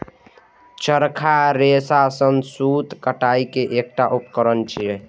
चरखा रेशा सं सूत कताइ के एकटा उपकरण छियै